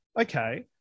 okay